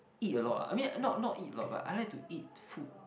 eat a lot ah I mean not not eat a lot but I like to eat food